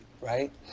right